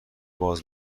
باز